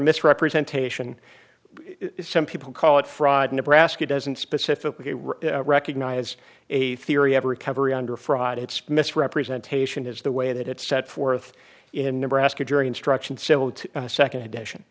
misrepresentation some people call it fraud nebraska doesn't specifically recognize a theory of recovery under fraud it's misrepresentation is the way that it's set forth in nebraska jury instructions similar to a nd edition